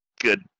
good